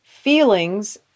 Feelings